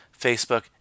Facebook